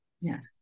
yes